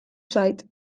zait